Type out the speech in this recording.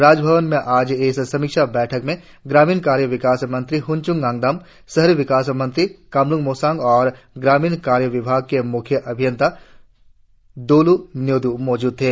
राजभवन में आज इस समीक्षा बैठक में ग्रामीण कार्य विकास मंत्री हनच्न ङानदम शहरी विकास मंत्री कामल्ंग मोसांग और ग्रामीन कार्य विभाग के म्ख्य अभियंता दोली न्योद मौजूद थे